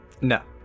No